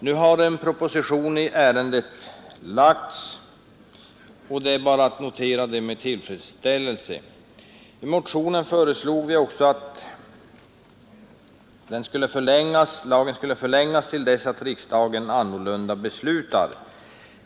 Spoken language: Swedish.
Nu har en proposition i ärendet framlagts, och det är bara att notera detta med tillfredsställelse I motionen föreslog vi att lagen skulle förlängas till dess att riksdagen annorlunda beslutar.